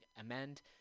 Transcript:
amend